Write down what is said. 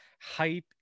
hype